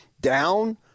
down